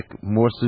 more